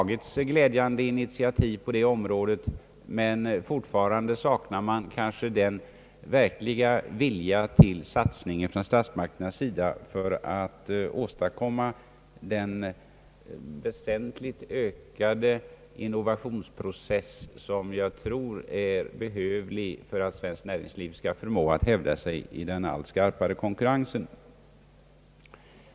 Glädjande initiativ har tagits på detta område, men fortfarande saknar man kanske en verklig vilja till satsning från statsmakternas sida för att åstadkomma den väsentligt ökade innovationsprocess som jag tror är behövlig för att svenskt näringsliv skall förmå att hävda sig i den allt skarpare konkurrensen.